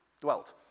dwelt